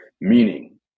Meaning